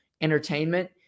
entertainment